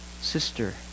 sister